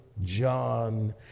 John